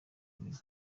iminwa